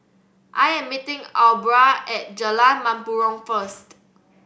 I am meeting Aubra at Jalan Mempurong first